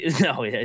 no